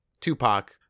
Tupac